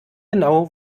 genau